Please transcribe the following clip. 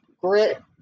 Grit